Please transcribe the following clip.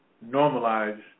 normalized